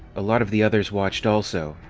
a lot of the others watched also,